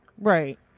right